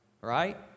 right